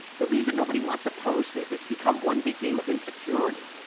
the reason nobody wants to post is it's become one big game of insecurity.